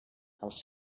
els